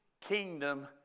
kingdom